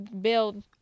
build